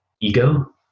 ego